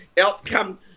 outcome